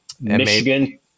Michigan